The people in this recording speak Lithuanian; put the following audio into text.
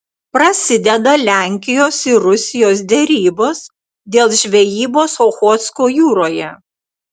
prasideda lenkijos ir rusijos derybos dėl žvejybos ochotsko jūroje